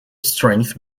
strength